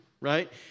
Right